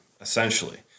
essentially